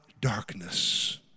darkness